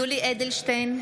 (קוראת בשמות חברי הכנסת) יולי יואל אדלשטיין,